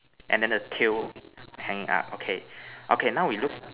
and then the tail hanging up okay okay now we look